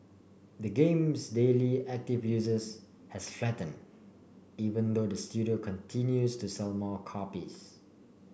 the game's daily active users has flattened even though the studio continues to sell more copies